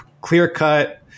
clear-cut